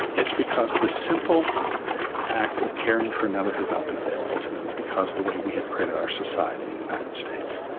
it's because the simple act of caring for another has not been available to them because of the way we have created our society in the united states.